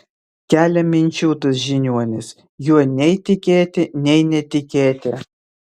kelia minčių tas žiniuonis juo nei tikėti nei netikėti